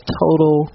total